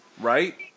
Right